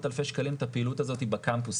אלפי שקלים את הפעילות הזאת בקמפוסים.